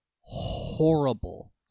horrible